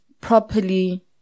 properly